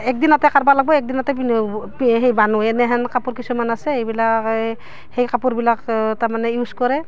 একদিনতে কাঢ়িব লাগিব একেদিনতে পিন সেই সেই বনায় এনেহেন কাপোৰ কিছুমান আছে এইবিলাক সেই কাপোৰবিলাক তাৰমানে ইউজ কৰে